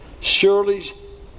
surely